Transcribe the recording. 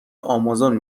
امازون